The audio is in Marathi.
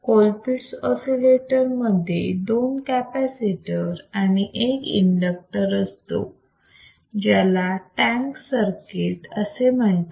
कोलपिट्स ऑसिलेटर मध्ये दोन कॅपॅसिटर आणि एक इंडक्टर असतो ज्याला टॅंक सर्किट असे म्हणतात